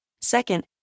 Second